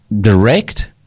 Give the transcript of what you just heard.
Direct